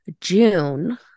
June